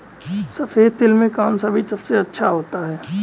सफेद तिल में कौन सा बीज सबसे अच्छा होता है?